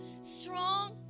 strong